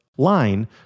line